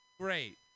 great